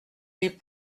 les